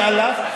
הבעיה הכי גדולה.